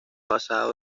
basado